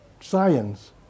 science